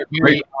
Great